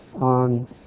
on